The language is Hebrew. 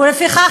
ולפיכך,